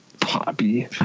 Poppy